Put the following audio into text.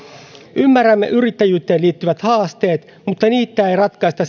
ymmärrämme yrittäjyyteen liittyvät haasteet mutta niitä ei ratkaista